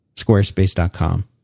Squarespace.com